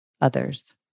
others